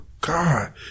God